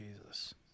Jesus